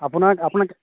আপোনাক আপোনাক